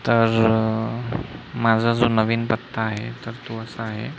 तर माझा जो नवीन पत्ता आहे तर तो असा आहे